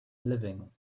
living